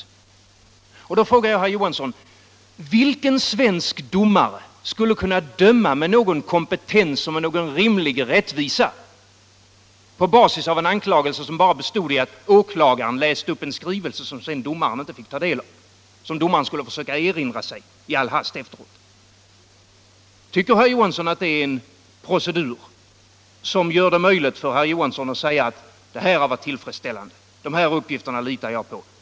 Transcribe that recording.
Jag vill då fråga herr Johansson: Vilken svensk domare skulle kunna döma med någon kompetens och med någon rimlig rättvisa på basis av en anklagelse som bara bestod i att åklagaren läste upp en skrivelse som domaren sedan inte fått ta del av utan bara skulle försöka erinra sig i all hast efteråt? Tycker herr Johansson att det är en tillfredsställande procedur, som gör det möjligt för herr Johansson att säga: ”De här uppgifterna litar jag på.